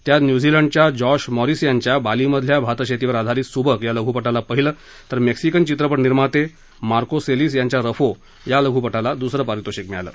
त्यात न्यूझीलंडच्या Josh Morris यांच्या बाली मधल्या भातशेतीवर आधारीत सुबक या लघुपटाला पहिलं तर मेक्सिकन चित्रपट निर्माते मार्को सेलीस यांच्या रफो या लघुपटाला दुसरं पारितोषिक मिळालं